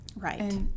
right